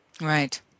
right